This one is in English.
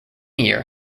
year